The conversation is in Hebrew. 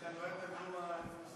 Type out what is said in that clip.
אתה נואם את הנאום המפורסם?